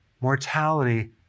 mortality